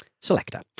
Selector